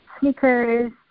sneakers